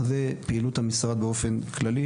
אז זו פעילות המשרד באופן כללי.